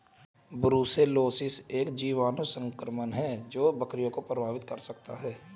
brucellosis एक जीवाणु संक्रमण है जो बकरियों को प्रभावित कर सकता है